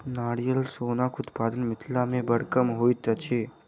नारियल सोनक उत्पादन मिथिला मे बड़ कम होइत अछि